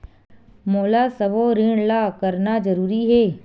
मोला सबो ऋण ला करना जरूरी हे?